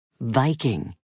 Viking